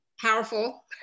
powerful